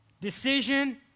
decision